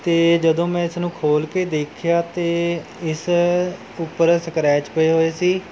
ਅਤੇ ਜਦੋਂ ਮੈਂ ਇਸ ਨੂੰ ਖੋਲ੍ਹ ਕੇ ਦੇਖਿਆ ਅਤੇ ਇਸ ਉੱਪਰ ਸਕਰੈਚ ਪਏ ਹੋਏ ਸੀ